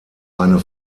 eine